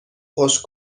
خشک